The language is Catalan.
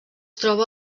troba